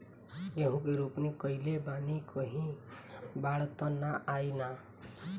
गेहूं के रोपनी कईले बानी कहीं बाढ़ त ना आई ना?